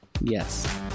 Yes